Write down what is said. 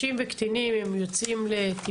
בתפקיד הקודם שלך.